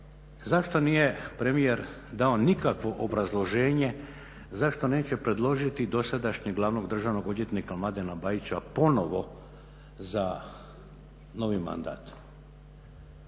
Zašto nije premijer dao nikakvo obrazloženje, zašto neće predložiti dosadašnjeg glavnog državnog odvjetnika Mladena Bajića ponovo za novi mandat?